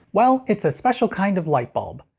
well, it's special kind of light bulb.